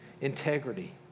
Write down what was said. integrity